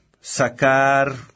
sacar